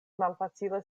malfacile